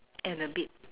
and a bit